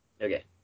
Okay